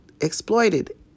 exploited